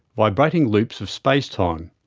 vibrating loops of space-time.